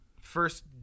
first